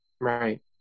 right